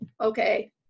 okay